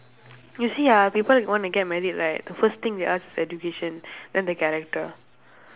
you see ah people want to get married right the first thing they ask is education then the character